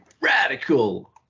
Radical